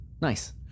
Nice